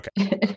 Okay